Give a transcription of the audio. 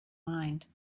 mind